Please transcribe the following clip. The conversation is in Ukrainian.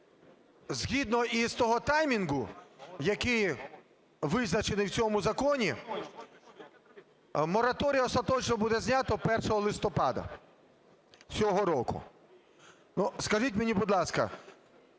згідно із того таймінгу, який визначений в цьому законі, мораторій остаточно буде знято 1 листопада цього року. Ну, скажіть мені, будь ласка,